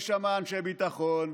יש שם אנשי ביטחון,